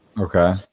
Okay